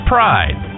Pride